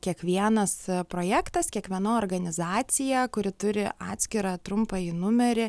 kiekvienas projektas kiekviena organizacija kuri turi atskirą trumpąjį numerį